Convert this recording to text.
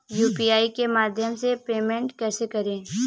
UPI के माध्यम से पेमेंट को कैसे करें?